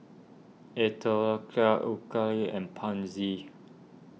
Atopiclair Ocuvite and Pansy